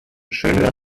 schönen